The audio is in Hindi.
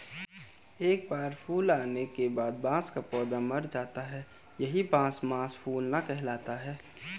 एक बार फूल आने के बाद बांस का पौधा मर जाता है यही बांस मांस फूलना कहलाता है